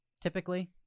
Typically